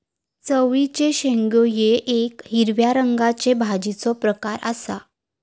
चवळीचे शेंगो हे येक हिरव्या रंगाच्या भाजीचो प्रकार आसा